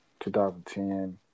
2010